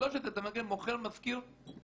ב-13 אתה אומר "מוכר, משכיר".